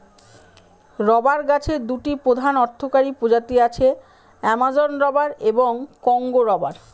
rubber গাছের দুটি প্রধান অর্থকরী প্রজাতি আছে, অ্যামাজন রবার এবং কংগো রবার